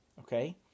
okay